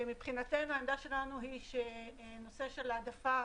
מבחינתנו העמדה שלנו היא שנושא של העדפה